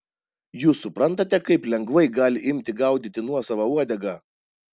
jūs suprantate kaip lengvai gali imti gaudyti nuosavą uodegą